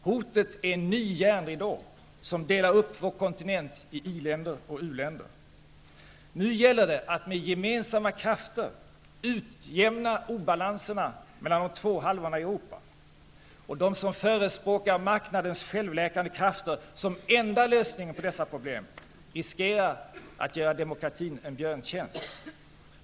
Hotet är en ny järnridå, som delar upp vår kontinent i i-länder och u-länder. Nu gäller det att med gemensamma krafter utjämna obalanserna mellan de två halvorna i Europa. De som förespråkar marknadens självläkande krafter som enda lösningen på dessa problem riskerar att göra demokratin en björntjänst.